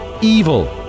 evil